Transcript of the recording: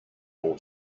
all